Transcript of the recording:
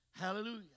Hallelujah